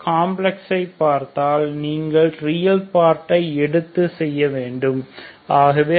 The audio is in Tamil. காம்ப்ளக்ஸ் ஐ பார்த்தால் நீங்கள் ரியல் பார்ட்டை எடுத்து செய்ய வேண்டும் ஆகவே αy x2